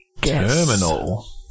Terminal